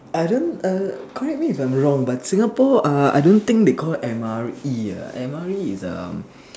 I don't err correct me if I'm wrong but Singapore err I don't think they call it M_R_E err M_R_E is um